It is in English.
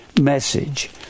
message